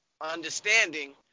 understanding